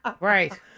right